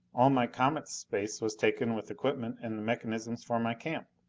all my comet's space was taken with equipment and the mechanisms for my camp.